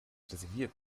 reserviert